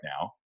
now